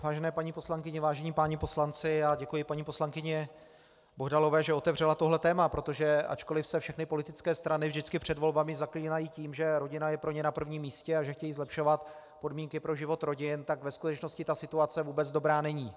Vážené paní poslankyně, vážení páni poslanci, děkuji paní poslankyni Bohdalové, že otevřela tohle téma, protože ačkoliv se všechny politické strany vždycky před volbami zaklínají tím, že rodina je pro ně na prvním místě a že chtějí zlepšovat podmínky pro život rodin, tak ve skutečnosti ta situace vůbec dobrá není.